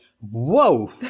Whoa